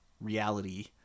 reality